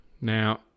Now